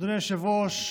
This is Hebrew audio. אדוני היושב-ראש,